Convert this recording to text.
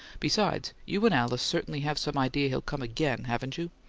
besides, you and alice certainly have some idea he'll come again, haven't you?